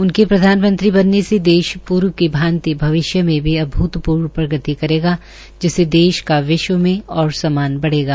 उनके प्रधानमंत्री बनने से देश पूर्व की भान्ति भविष्य में भी अभृतपूर्व प्रगति करेगा जिससे देश का विश्व में और सम्मान बढ़ेगा